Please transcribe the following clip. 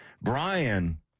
Brian